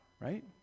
Right